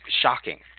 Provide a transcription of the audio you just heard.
shocking